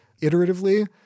iteratively